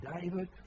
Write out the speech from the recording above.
David